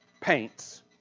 paints